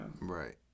Right